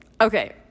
okay